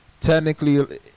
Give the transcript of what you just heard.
technically